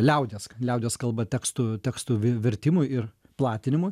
liaudies liaudies kalba tekstų tekstų vi vertimu ir platinimu